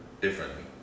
differently